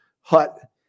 hut